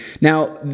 Now